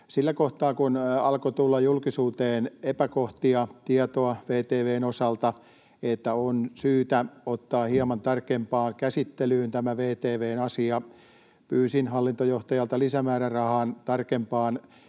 Sillä kohtaa, kun alkoi tulla julkisuuteen epäkohdista tietoa VTV:n osalta, että on syytä ottaa hieman tarkempaan käsittelyyn tämä VTV:n asia, pyysin hallintojohtajalta lisämäärärahan tarkempaan